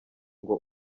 ngo